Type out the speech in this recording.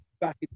back